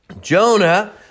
Jonah